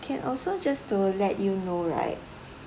can also just to let you know like